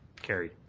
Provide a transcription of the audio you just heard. carried.